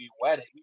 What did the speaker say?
wedding